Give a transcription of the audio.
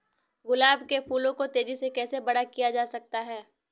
गुलाब के फूलों को तेजी से कैसे बड़ा किया जा सकता है?